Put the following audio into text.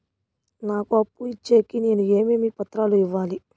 నాకు అప్పు ఇచ్చేకి నేను ఏమేమి పత్రాలు ఇవ్వాలి